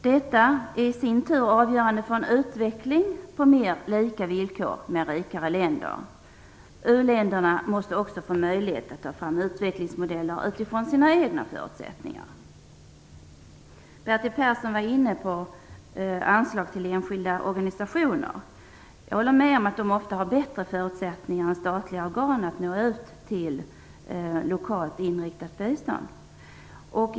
Detta är i sin tur avgörande för en utveckling på mer lika villkor med rikare länder. U-länderna måste också få möjlighet att ta fram utvecklingsmodeller utifrån sina egna förutsättningar. Bertil Persson var inne på anslag till enskilda organisationer. Jag håller med om att de ofta har bättre förutsättningar än statliga organ att nå ut med lokalt inriktat bistånd.